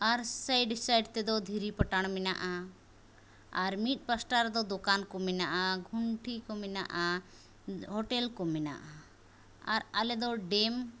ᱟᱨ side side ᱛᱮᱫᱚ ᱫᱷᱤᱨᱤ ᱯᱟᱴᱟᱬ ᱢᱮᱱᱟᱜᱼᱟ ᱟᱨ ᱢᱤᱫ ᱯᱟᱥᱴᱟ ᱨᱮᱫᱚ ᱫᱳᱠᱟᱱᱠᱚ ᱢᱮᱱᱟᱜᱼᱟ ᱜᱷᱩᱱᱴᱷᱤᱠᱚ ᱢᱮᱱᱟᱜᱼᱟ ᱦᱳᱴᱮᱞᱠᱚ ᱢᱮᱱᱟᱜᱼᱟ ᱟᱨ ᱟᱞᱮᱫᱚ ᱰᱮᱢ